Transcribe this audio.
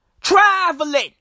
Traveling